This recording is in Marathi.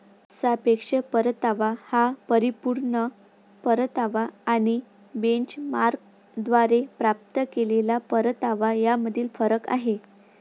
सापेक्ष परतावा हा परिपूर्ण परतावा आणि बेंचमार्कद्वारे प्राप्त केलेला परतावा यामधील फरक आहे